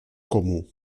comú